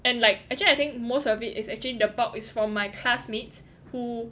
and like actually I think most of it is actually the bulk is from my classmates who